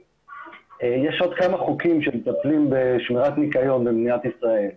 יש עוד כמה חוקים שמטפלים בשמירת ניקיון במדינת ישראל,